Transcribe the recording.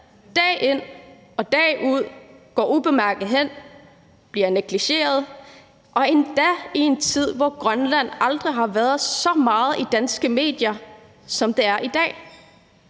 dag ind og dag ud går ubemærket hen og bliver negligeret, endda i en tid, hvor Grønland aldrig har været så meget i danske medier, som det er i dag.